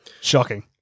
Shocking